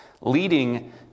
leading